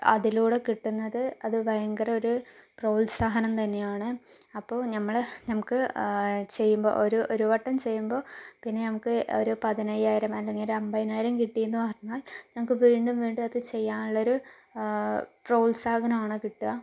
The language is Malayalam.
അതിലൂടെ കിട്ടുന്നത് അത് ഭയങ്കര ഒരു പ്രോത്സാഹനം തന്നെയാണ് അപ്പോൾ നമ്മൾ നമുക്ക് ചെയ്യുമ്പോൾ ഒരു ഒരുവട്ടം ചെയ്യുമ്പോൾ പിന്നെ നമുക്ക് ഒരു പതിനയ്യായിരം അല്ലെങ്കിൽ അമ്പതിനായിരം കിട്ടിയെന്ന് പറഞ്ഞാൽ നമുക്ക് വീണ്ടും വീണ്ടും അത് ചെയ്യാനുള്ളൊരു പ്രോത്സാഹനമാണ് കിട്ടുക